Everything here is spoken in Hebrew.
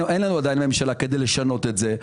אין לנו עדיין ממשלה כדי לשנות את זה,